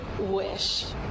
wish